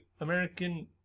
American